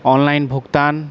online भुगतान